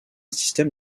système